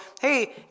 hey